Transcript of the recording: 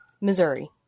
Missouri